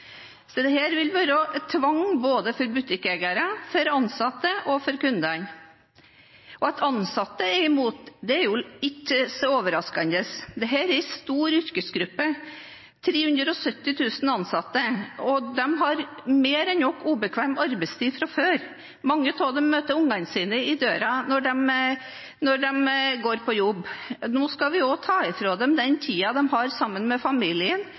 vil være tvang både for butikkeiere, for ansatte og for kundene. At ansatte er imot, er ikke så overraskende. Dette er en stor yrkesgruppe, med 370 000 ansatte, og de har mer enn nok ubekvem arbeidstid fra før. Mange av dem møter ungene sine i døra når de går på jobb. Nå skal vi også ta fra dem den tiden de har sammen med familien,